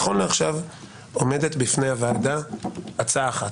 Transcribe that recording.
נכון לעכשיו עומדת בפני הוועדה הצעה אחת,